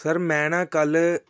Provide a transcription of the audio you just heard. sir ਮੈਂ ਨਾ ਕੱਲ੍ਹ